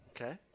Okay